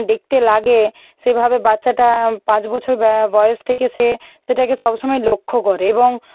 মানে দেখতে লাগে সেইভাবে বাচ্চাটা পাঁচ বছর ব্যা বয়স থেকে সে সেটাকে সব সময় লক্ষ্য করে এবং